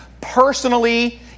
personally